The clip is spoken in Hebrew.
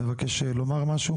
מבקש לומר משהו?